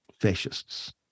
fascists